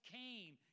came